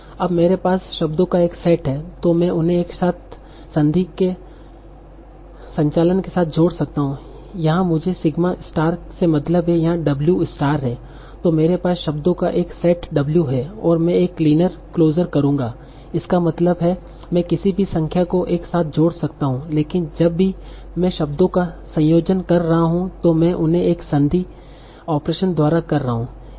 अब मेरे पास शब्दों का एक सेट है तो मैं उन्हें एक साथ संदी के संचालन के साथ जोड़ सकता हूं यहाँ मुझे सिग्मा स्टार से मतलब है यहाँ w स्टार है तो मेरे पास शब्दों का एक सेट w है और मैं एक क्लीनर क्लोजर करूंगा इसका मतलब है मैं किसी भी संख्या को एक साथ जोड़ सकता हूं लेकिन जब भी मैं शब्दों का संयोजन कर रहा हूं तो मैं उन्हें एक संदी ऑपरेशन द्वारा कर रहा हूं